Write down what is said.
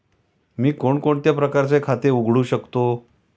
मी कोणकोणत्या प्रकारचे खाते उघडू शकतो?